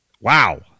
wow